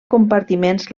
compartiments